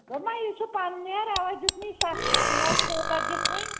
دوٚپمے یہِ چھُ پَنہٕ نیرا اَوے دیُتمےَ سَستہٕ ژِٕ وَن کوٗتاہ دِکھ وۅنۍ